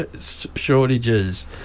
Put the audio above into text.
shortages